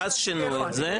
ואז שינו את זה,